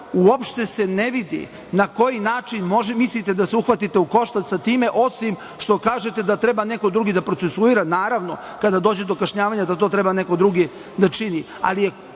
uopšte se ne vidi na koji način, možda mislite da možete da se uhvatite u koštac sa time, osim što kažete da treba neko drugi da procesuira, naravno, treba da dođe do kažnjavanja i to treba neko drugi da čini.